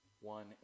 one